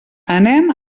anem